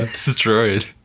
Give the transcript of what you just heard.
destroyed